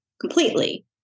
completely